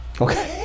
Okay